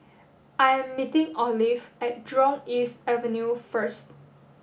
I am meeting Olive at Jurong East Avenue first